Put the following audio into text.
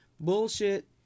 bullshit